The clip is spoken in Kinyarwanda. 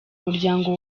muryango